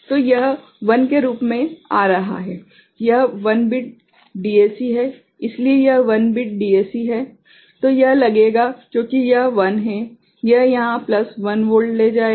तो यह 1 के रूप में आ रहा है यह 1 बिट डीएसी है इसलिए यह 1 बिट डीएसी है तो यह लगेगा क्योंकि यह 1 है यह यहाँ प्लस 1 वोल्ट ले जाएगा